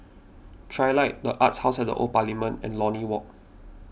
Trilight the Arts House at the Old Parliament and Lornie Walk